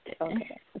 Okay